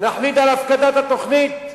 נחליט על הפקדת התוכנית?